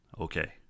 okay